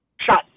shot